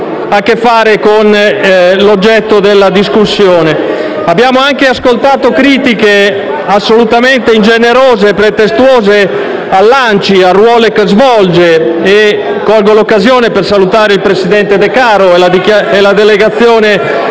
Abbiamo anche ascoltato critiche assolutamente ingenerose e pretestuose all'ANCI e al ruolo che svolge e colgo l'occasione per salutare il presidente Decaro e la delegazione